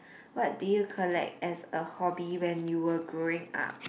what did you collect as a hobby when you were growing up